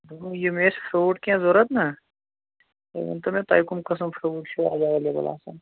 دوٚپُم یِم ٲسۍ فرٛوٗٹ کیٚنٛہہ ضروٗرت نا تُہۍ ؤنۍتَو مےٚ تۄہہِ کٕم قٕسٕم فرٛوٗٹ چھِو ایٚویلیبُل آسان